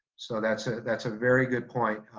so that's ah that's a very good point,